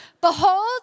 Behold